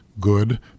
good